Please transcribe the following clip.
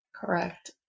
Correct